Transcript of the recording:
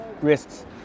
risks